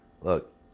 look